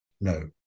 No